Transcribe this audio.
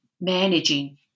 managing